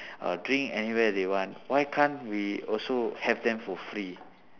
uh drink anywhere they want why can't we also have them for free